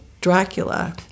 Dracula